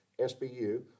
sbu